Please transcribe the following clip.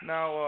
Now